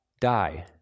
die